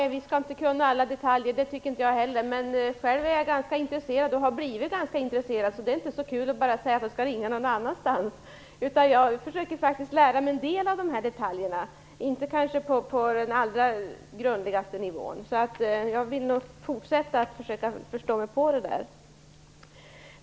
Fru talman! Jag tycker inte heller att vi skall kunna alla detaljer. Men själv har jag blivit ganska intresserad av det här. Därför är det inte så kul att säga att dessa människor skall ringa någon annanstans. Jag försöker faktiskt lära mig en del av dessa detaljer, även om det kanske inte blir på den allra grundligaste nivån. Jag vill fortsätta att försöka förstå mig på det här.